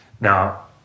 Now